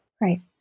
Right